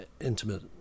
intimate